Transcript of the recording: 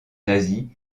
nazi